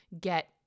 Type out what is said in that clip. get